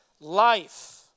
life